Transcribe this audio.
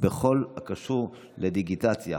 בכל הקשור לדיגיטציה,